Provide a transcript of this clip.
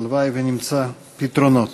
הלוואי שנמצא פתרונות.